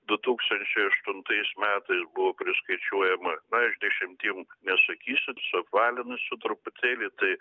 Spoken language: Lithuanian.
du tūkstančiai aštuntais metais buvo priskaičiuojama na aš dešimtim nesakysiu suapvalinsiu truputėlį tai